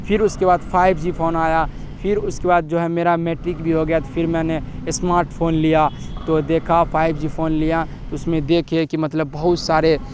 پھر اس کے بعد فائیو جی فون آیا پھر اس کے بعد جو ہے میرا میٹرک بھی ہو گیا تو پھر میں نے اسمارٹ فون لیا تو دیکھا فائیو جی فون لیا تو اس میں دیکھیے کہ مطلب بہت سارے